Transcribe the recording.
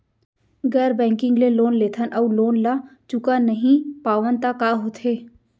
गैर बैंकिंग ले लोन लेथन अऊ लोन ल चुका नहीं पावन त का होथे?